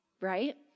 right